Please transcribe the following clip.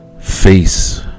face